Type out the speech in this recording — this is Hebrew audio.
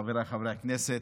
חבריי חברי הכנסת,